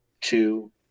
two